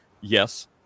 Yes